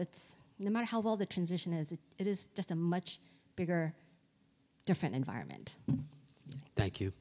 it's no matter how well the transition is it is just a much bigger different environment thank you